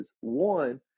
one